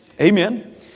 Amen